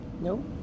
Nope